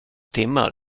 timmar